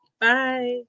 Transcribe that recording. Bye